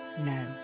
no